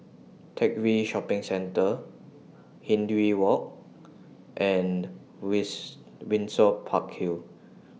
Teck Whye Shopping Centre Hindhede Walk and Windsor Park Hill